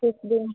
किस दिन